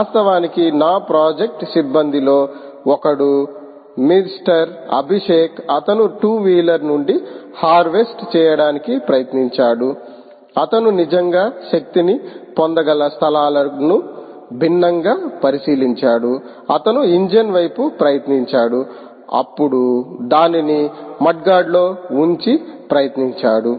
వాస్తవానికి నా ప్రాజెక్ట్ సిబ్బందిలో ఒకడు మిస్టర్ అభిషేక్ అతను 2 వీలర్ నుండి హార్వెస్ట చేయడానికి ప్రయత్నించాడు అతను నిజంగా శక్తిని పొందగల స్థలాలను భిన్నంగా పరిశీలించాడు అతను ఇంజిన్ వైపు ప్రయత్నించాడు అప్పుడు దానిని మడ్గార్డు లో ఉంచి ప్రయత్నించాడు